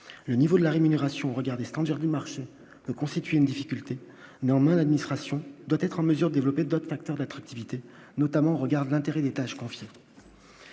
le niveau de la rémunération, regardez ce qu'endurent démarche de constituer une difficulté dans administration doit être en mesure développer d'autres facteurs d'attractivité, notamment au regard de l'intérêt des tâches confiées.